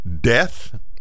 Death